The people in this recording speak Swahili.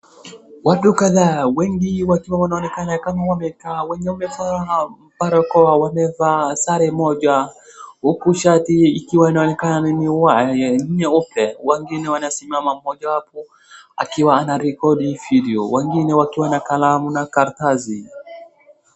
Watu kadhaa wengi wakiwa wanaonekana kama wamekaa, wenye wamevaa barakoa wamevaa sare moja huku shati ikiwa inaonekana yenye nyeupe. Wengine wanasimama mojawapo akiwa na rekodi video wengine wakiwa na kalamu na karatasi.